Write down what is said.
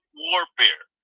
warfare